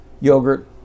Yogurt